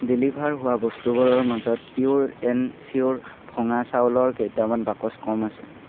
deliver হোৱা বস্তুবোৰৰ মাজত পিয়'ৰ এণ্ড চিয়'ৰ ভঙা চাউলৰ কেইটামান বাকচ কম আছে